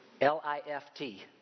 L-I-F-T